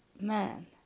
man